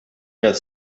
get